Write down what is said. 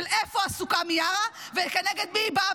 איפה עסוקה מיארה וכנגד מי היא באה.